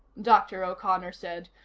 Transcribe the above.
dr. o'connor said,